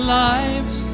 lives